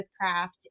Craft